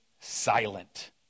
silent